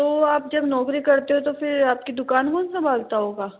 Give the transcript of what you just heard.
तो आप जब नौकरी करते हो तो फिर आपकी दुकान कौन संभालता होगा